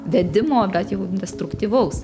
vedimo bet jau destruktyvaus